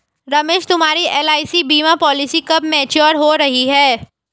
रमेश तुम्हारी एल.आई.सी बीमा पॉलिसी कब मैच्योर हो रही है?